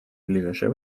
ближайшее